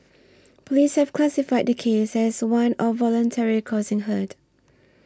police have classified the case as one of voluntarily causing hurt